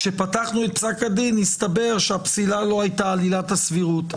כשפתחנו את פסק הדין הסתבר שהפסילה לא הייתה על עילת הסבירות.